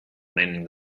mending